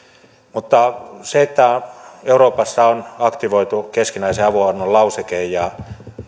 se että euroopassa on aktivoitu keskinäisen avunannon lauseke ja